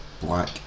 black